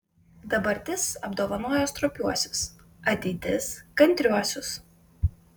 dabartis apdovanoja stropiuosius ateitis kantriuosius